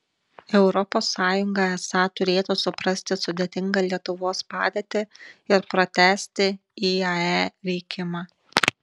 europos sąjunga esą turėtų suprasti sudėtingą lietuvos padėtį ir pratęsti iae veikimą